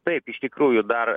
taip iš tikrųjų dar